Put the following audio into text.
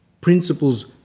principles